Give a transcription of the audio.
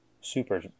Super